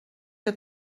que